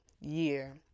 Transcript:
year